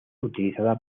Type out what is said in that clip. utilizada